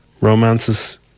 romances